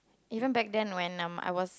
even back then when I'm I was